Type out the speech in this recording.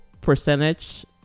percentage